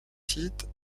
sites